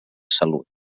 salut